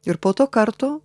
ir po to karto